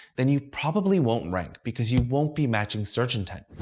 then you probably won't rank because you won't be matching search intent.